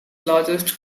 largest